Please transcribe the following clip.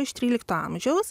iš trylikto amžiaus